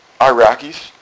Iraqis